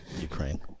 Ukraine